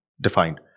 defined